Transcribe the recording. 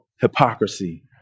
hypocrisy